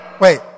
Wait